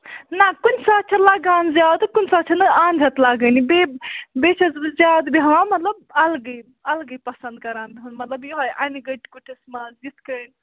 نہ کُنہِ ساتہٕ چھُ لَگان زیادٕ کُنہِ ساتہٕ چھنہٕ اَند ہَت لَگٲنی بیٚیہِ بیٚیہِ چھَس بہٕ زیادٕ بیٚہوان مطلب اَلگٕے اَلگٕے پَسنٛد کران مطلب یِہوٚے اَنہِ گٔٹۍ کُٹِس منٛز یِتھ کٔنۍ